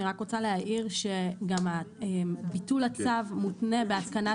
אני רק רוצה להעיר שגם ביטול הצו מותנה בהתקנת